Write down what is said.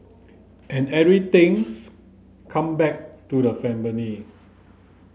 and everythings come back to the family